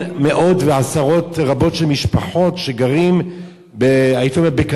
מאות ועשרות רבות של משפחות שגרות בקרוונים,